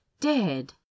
dead